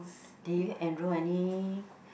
do you enroll any